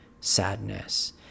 sadness